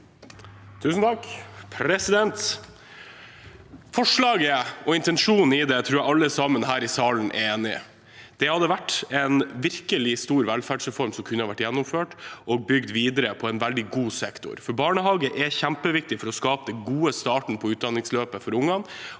Mathisen (A) Forslaget og in- tensjonen i det tror jeg alle i salen er enige i. Det hadde vært en virkelig stor velferdsreform, som kunne vært gjennomført og bygd videre på en veldig god sektor, for barnehage er kjempeviktig for å skape den gode starten på utdanningsløpet for ungene,